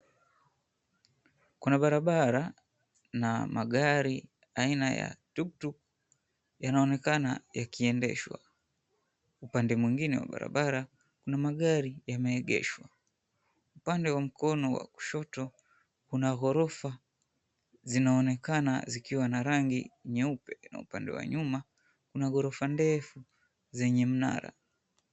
Kuna barabara, na magari aina ya tuktuk yanaonekana yakiendeshwa. Upande mwingine wa barabara kuna magari yameegeshwa. Upande wa mkono wa kushoto kuna ghorofa, zinaonekana zikiwa na rangi nyeupe, na upande wa nyuma kuna ghorofa ndefu zenye mnara.